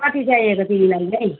कति चाहिएको तिमीलाई चाहिँ